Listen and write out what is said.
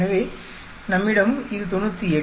எனவே நம்மிடம் இது 98